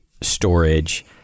storage